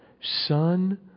Son